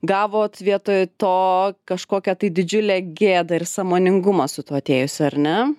gavot vietoj to kažkokią tai didžiulę gėdą ir sąmoningumą su tuo atėjusiu ar ne